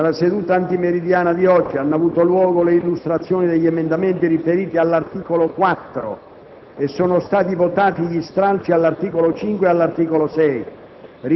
nella seduta antimeridiana di oggi ha avuto luogo l'illustrazione degli emendamenti riferiti all'articolo 4 e sono stati votati gli stralci agli articoli 5 e 6. Ricordo